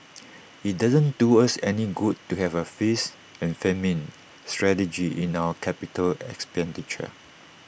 IT doesn't do us any good to have A feast and famine strategy in our capital expenditure